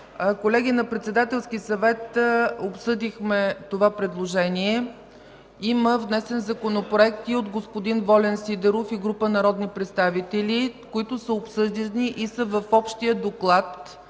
Колеги, на Председателския съвет обсъдихме това предложение. Има внесен законопроект и от господин Волен Сидеров и група народни представители, който е обсъден и е в общия доклад